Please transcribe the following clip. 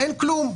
אין כלום.